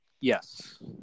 Yes